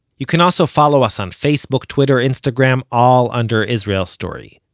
you can also follow us on facebook, twitter, instagram, all under israel story.